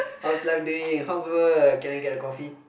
how's life doing how's work can I get a coffee